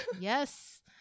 yes